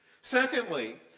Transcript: Secondly